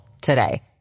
today